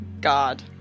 God